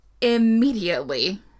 immediately